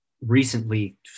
recently